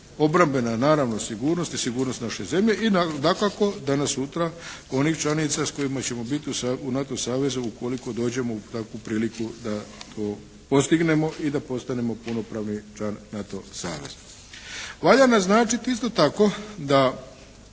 obrambena naravno sigurnost i sigurnost naše zemlje i dakako danas sutra onih članica s kojima ćemo biti u NATO savezu ukoliko dođemo u takvu priliku da to postignemo i da postanemo punopravni član NATO saveza. Valja naznačiti isto tako da